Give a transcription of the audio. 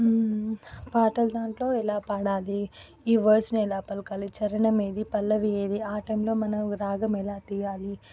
పాటలు దాంట్లో ఎలా పడాలి ఈ వర్డస్ని ఎలా పలకాలి చరణం ఏది పల్లవి ఏది ఆ టైంలో మనం రాగం ఎలా తీయాలి